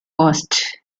cost